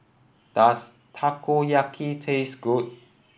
does Takoyaki taste good